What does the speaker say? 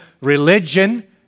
religion